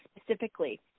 specifically